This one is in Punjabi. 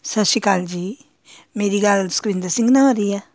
ਸਤਿ ਸ਼੍ਰੀ ਅਕਾਲ ਜੀ ਮੇਰੀ ਗੱਲ ਸੁਖਵਿੰਦਰ ਸਿੰਘ ਨਾਲ ਹੋ ਰਹੀ ਆ